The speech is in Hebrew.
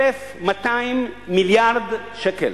1,200 מיליארד שקל.